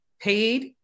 paid